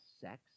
sex